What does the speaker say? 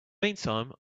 meantime